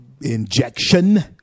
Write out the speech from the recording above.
injection